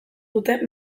dute